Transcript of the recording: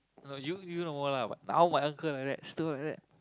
no you you no more lah but now my uncle like that still like that